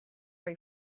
ray